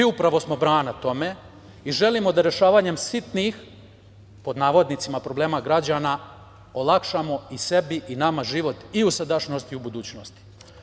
Upravo smo brana tome i želimo da rešavanjem „sitnih“ problema građana olakšamo i sebi i nama život i u sadašnjosti i u budućnosti.